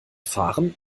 fahren